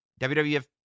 WWE